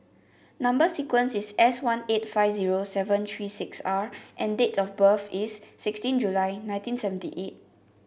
number sequence is S one eight five zero seven three six R and date of birth is sixteen July nineteen seventy eight